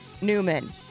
Newman